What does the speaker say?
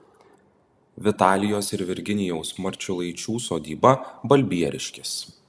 vitalijos ir virginijaus marčiulaičių sodyba balbieriškis